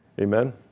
Amen